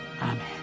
amen